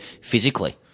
physically